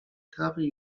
trawy